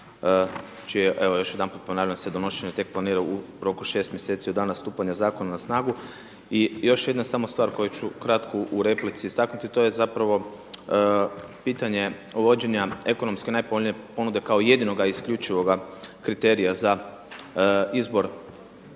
čije evo još jedanput ponavljam se donošenje tek planira u roku od 6 mjeseci od dana stupanja na snagu. I još jedna samo stvar koju ću kratko u replici istaknuti to je zapravo pitanje uvođenja ekonomski najpovoljnije ponude kao jedinoga isključivoga kriterija za izbor